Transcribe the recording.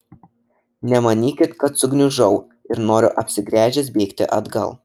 nemanykit kad sugniužau ir noriu apsigręžęs bėgti atgal